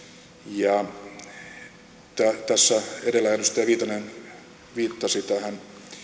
tarvitsemme molempia tässä edellä edustaja viitanen viittasi tähän